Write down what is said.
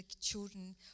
children